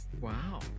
wow